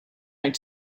going